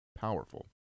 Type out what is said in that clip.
powerful